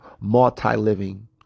multi-living